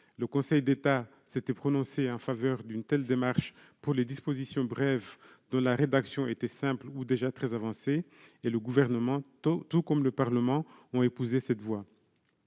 Le Conseil d'État s'était prononcé en faveur d'une telle démarche pour les dispositions brèves dont la rédaction était simple ou déjà très avancée ; le Gouvernement comme le Parlement ont épousé cette voie.